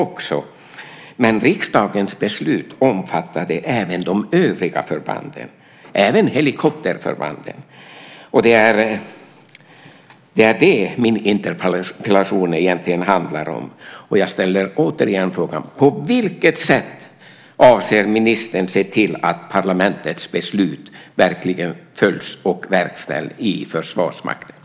Men riksdagens beslut omfattade också övriga förband, även helikopterförbanden. Det är detta som min interpellation egentligen handlar om. Jag ställer återigen frågan: På vilket sätt avser ministern att se till att parlamentets beslut verkligen följs och verkställs inom Försvarsmakten?